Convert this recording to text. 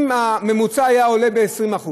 אם הממוצע היה עולה ב-20%,